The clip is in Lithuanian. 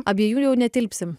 abiejų jau netilpsim